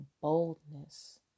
boldness